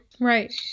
Right